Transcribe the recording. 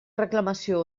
reclamació